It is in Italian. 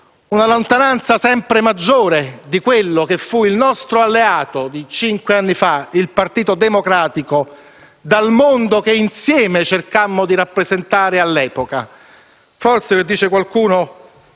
una lontananza sempre maggiore di quello che fu il nostro alleato cinque anni fa, il Partito Democratico, dal mondo che all'epoca cercammo di rappresentare insieme. Forse - come dice qualcuno